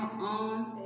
on